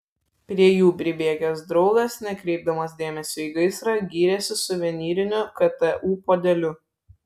prie jų pribėgęs draugas nekreipdamas dėmesio į gaisrą gyrėsi suvenyriniu ktu puodeliu